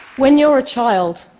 when you're a child,